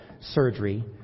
surgery